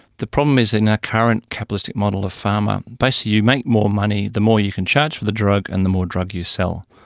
the problem is the now current capitalistic model of pharma, basically you make more money the more you can charge for the drug and the more drug you sell.